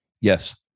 Yes